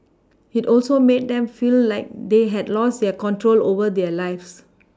it also made them feel like they had lost their control over their lives